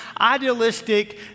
idealistic